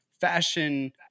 fashion